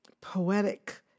poetic